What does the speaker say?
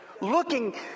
looking